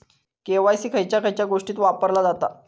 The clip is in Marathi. के.वाय.सी खयच्या खयच्या गोष्टीत वापरला जाता?